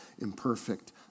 imperfect